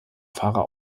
fahrer